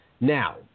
Now